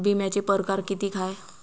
बिम्याचे परकार कितीक हाय?